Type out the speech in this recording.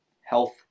health